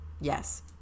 yes